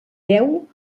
deu